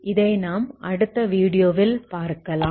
இதை நாம் அடுத்த வீடியோவில் பார்க்கலாம்